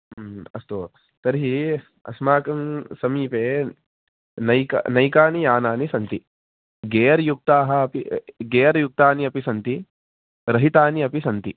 अस्तु तर्हि अस्माकं समीपे नैके नैकानि यानानि सन्ति गेर् युक्ताः अपि गेर् युक्तानि अपि सन्ति रहितानि अपि सन्ति